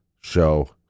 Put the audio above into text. show